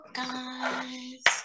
guys